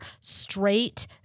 straight